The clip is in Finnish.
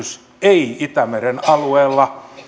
ei itämeren alueella